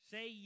Say